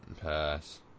pass